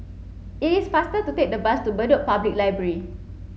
it is faster to take the bus to Bedok Public Library